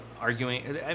arguing